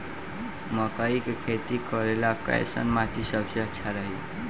मकई के खेती करेला कैसन माटी सबसे अच्छा रही?